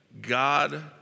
God